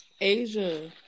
Asia